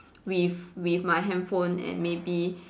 with with my handphone and maybe